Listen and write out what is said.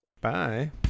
Bye